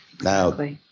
Now